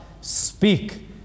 Speak